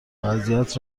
اذیت